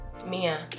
Mia